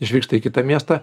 išvyksta į kitą miestą